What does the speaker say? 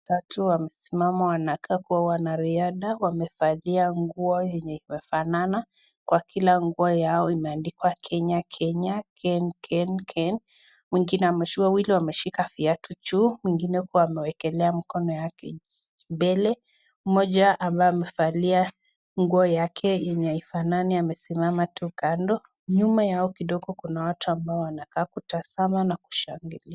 Watatu wamesimama wanakaa kuwa wanariadha. Wamevalia nguo yenye imefanana. Kwa kila nguo yao imeandikwa Kenya, Kenya, Ken Ken Ken. Wengine wawili wameshika viatu juu, mwingine kuwa ameweka mkono wake mbele. Mmoja ambaye amevalia nguo yake yenye haifanani amesimama tu kando. Nyuma yao kidogo kuna watu ambao wanakaa kutazama na kushangilia.